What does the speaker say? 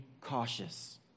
cautious